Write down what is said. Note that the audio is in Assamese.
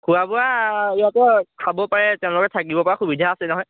খোৱা বোৱা ইয়াতো খাব পাৰে তেওঁলোকে থাকিব পৰা সুবিধা আছে নহয়